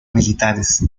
militares